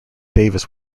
davis